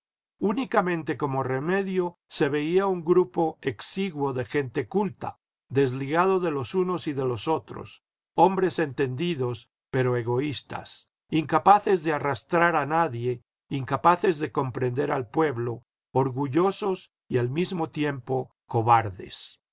únicamente como remedio se veía un grupo exiguo de gente culta desligado de los unos y de los otros hombres entendidos pero egoístas incapaces de arrastrar a nadie incapaces de comprender al pueblo orgullosos y al mismo tiempo cobardes